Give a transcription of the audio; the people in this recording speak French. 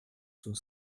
sont